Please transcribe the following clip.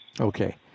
Okay